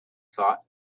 thought